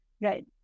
Right